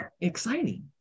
exciting